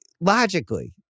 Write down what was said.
Logically